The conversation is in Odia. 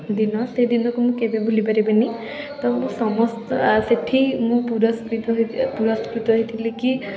ଦିନ ସେ ଦିନକୁ ମୁଁ କେବେ ଭୁଲି ପାରିବିନି ତ ମୁଁ ସମସ୍ତ ଆ ସେଇଠି ମୁଁ ପୁରସ୍କୃତ ହେଇ ପୁରସ୍କୃତ ହେଇଥିଲି କି